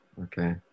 Okay